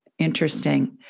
Interesting